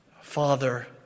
Father